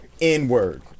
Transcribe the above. n-word